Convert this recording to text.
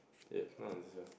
ya not